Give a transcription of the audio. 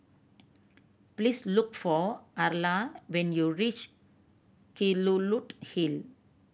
please look for Arla when you reach Kelulut Hill